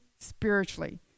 spiritually